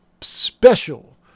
special